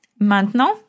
Maintenant